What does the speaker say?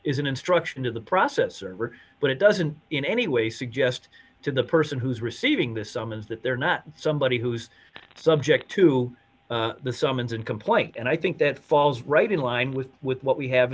an instruction to the processor but it doesn't in any way suggest to the person who is receiving the summons that they're not somebody who's subject to the summons and complaint and i think that falls right in line with with what we have